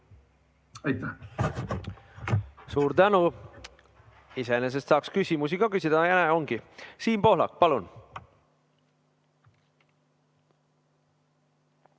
Aitäh!